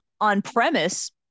on-premise